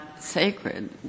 sacred